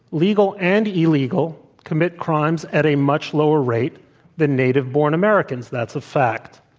legal and illegal, commit crimes at a much lower rate than native-born americans? that's a fact.